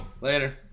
Later